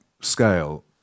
scale